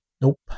Nope